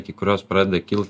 iki kurios pradeda kilt